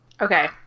Okay